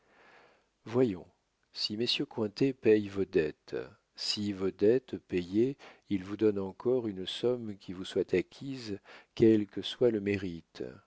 voyons si messieurs cointet payent vos dettes si vos dettes payées ils vous donnent encore une somme qui vous soit acquise quel que soit le mérite